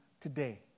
today